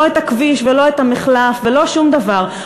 את הכביש ולא את המחלף ולא שום דבר,